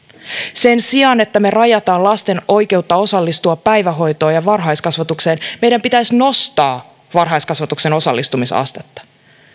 sen sijaan että me rajaamme lasten oikeutta osallistua päivähoitoon ja varhaiskasvatukseen meidän pitäisi nostaa varhaiskasvatuksen osallistumisastetta juuri